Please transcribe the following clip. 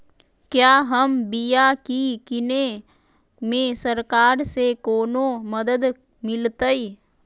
क्या हम बिया की किने में सरकार से कोनो मदद मिलतई?